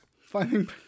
finding